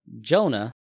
Jonah